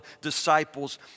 disciples